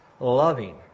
loving